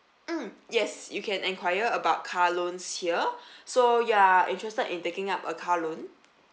mm yes you can enquire about car loans here so you are interested in taking up a car loan